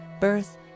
birth